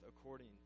according